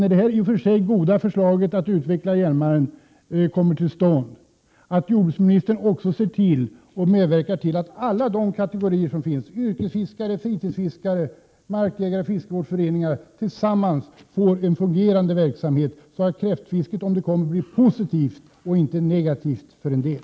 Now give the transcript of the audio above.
När det här i och för sig bra förslaget om att utveckla Hjälmaren genomförs är min förhoppning att jordbruksministern medverkar till att alla kategorier — yrkesfiskare, fritidsfiskare, markägare och fiskevårdsföreningar — tillsammans får en fungerande verksamhet, så att kräftfisket, om det tillkommer, blir positivt och inte negativt för en del.